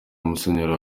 musenyeri